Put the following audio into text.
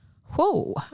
Whoa